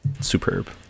Superb